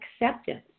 acceptance